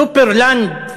"סופרלנד"